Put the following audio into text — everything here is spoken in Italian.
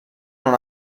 non